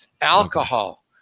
Alcohol